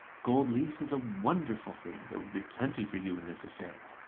gold leaf is a wonderful thing there would be plenty for you in this affair.